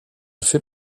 fait